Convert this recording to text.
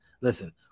Listen